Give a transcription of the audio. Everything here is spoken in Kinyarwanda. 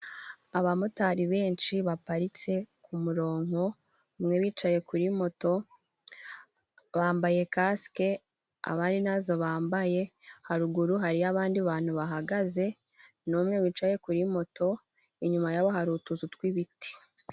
Abamotari benshi baparitse ku murongo, bamwe bicaye kuri moto, bambaye kaske, abandi ntazo bambaye, haruguru hariyo abandi bantu bahagaze n'umwe wicaye kuri moto, inyuma yabo hari utuzu tw'ibiti.